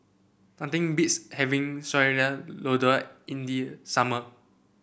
nothing beats having Sayur Lodeh in the summer